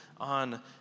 on